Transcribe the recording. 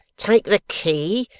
take the key,